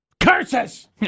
Curses